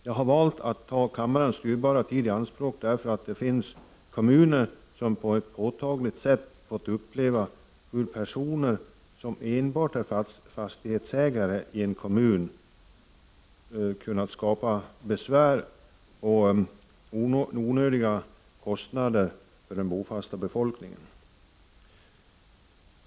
Jag har valt att ta kammarens dyrbara tid i anspråk, därför att det finns kommuner som på ett påtagligt sätt fått uppleva hur personer som enbart är fastighetsägare i en kommun kunnat skapa besvär och onödiga kostnader för den bofasta befolkningen.